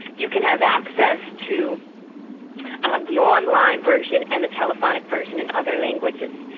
you can have access to the online version and the telephonic version in other languages.